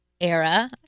era